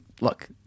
look